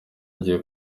agiye